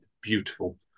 beautiful